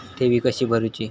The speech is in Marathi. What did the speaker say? ठेवी कशी भरूची?